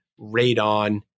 radon